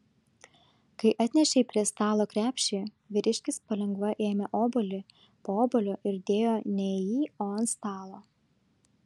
kai atnešei prie stalo krepšį vyriškis palengva ėmė obuolį po obuolio ir dėjo ne į jį o ant stalo